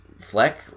Fleck